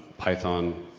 python,